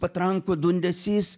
patrankų dundesys